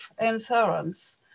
insurance